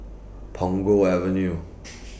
Punggol Avenue